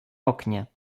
oknie